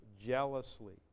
jealously